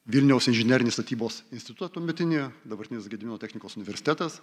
vilniaus inžinerinį statybos institutą tuometinį dabartinis gedimino technikos universitetas